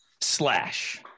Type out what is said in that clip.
Slash